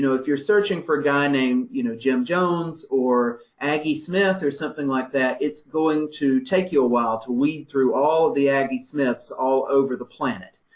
if you're searching for a guy named, you know, jim jones or aggie smith or something like that, it's going to take you a while to weed through all of the aggie smiths, all over the planet.